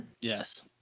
Yes